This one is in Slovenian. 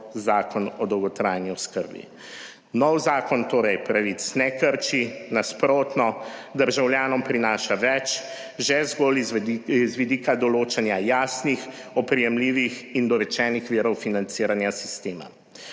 Zakon o dolgotrajni oskrbi. Nov zakon torej pravic ne krči, nasprotno, državljanom prinaša več že zgolj z vidika določanja jasnih, oprijemljivih in dorečenih virov financiranja sistema.